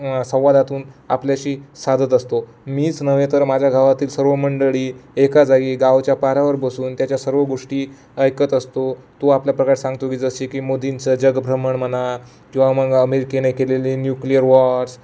संवादातून आपल्याशी साधत असतो मीच नव्हे तर माझ्या गावातील सर्व मंडळी एका जागी गावच्या पारावर बसून त्याच्या सर्व गोष्टी ऐकत असतो तो आपल्या प्रकार सांगतो की जसे की मोदींचं जगभ्रमण म्हणा किंवा मग अमेरिकेने केलेले न्यूक्लिअर वॉर्स